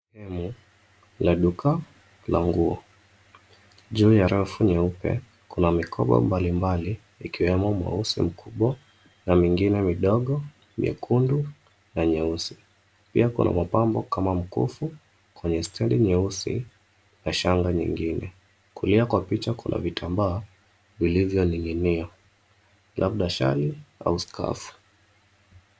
Sehemu la duka la nguo. Juu ya rafu nyeupe kuna mikoba mbalimbali ikiwemo mweusi mkubwa na mingine midogo nyekundu na nyeusi. Pia kuna mapambo kama mkufu kwenye stendi nyeusi na shangaa nyingine. Kulia kwa picha kuna vitambaa vilivyoning'inia labda shali au scarf .